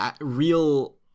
real